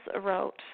wrote